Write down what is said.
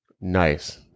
nice